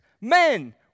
men